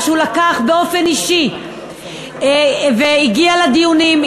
שהוא לקח את הנושא באופן אישי והגיע לדיונים,